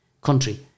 country